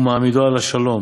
ומעמידו על השלום,